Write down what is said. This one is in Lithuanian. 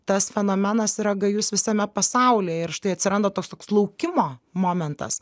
tas fenomenas yra gajus visame pasaulyje ir štai atsiranda tas toks laukimo momentas